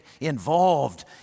involved